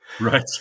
Right